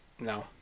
No